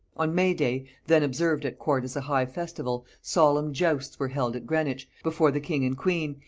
on may-day, then observed at court as a high festival, solemn justs were held at greenwich, before the king and queen,